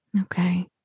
Okay